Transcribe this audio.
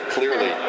Clearly